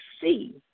see